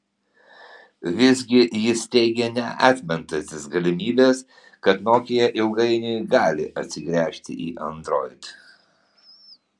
visgi jis teigė neatmetantis galimybės kad nokia ilgainiui gali atsigręžti į android